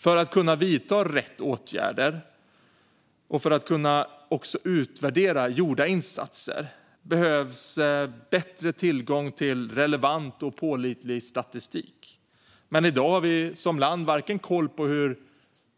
För att kunna vidta rätt åtgärder och för att kunna utvärdera gjorda insatser behövs bättre tillgång till relevant och pålitlig statistik. Men i dag har vi som land varken koll på hur